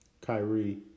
Kyrie